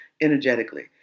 energetically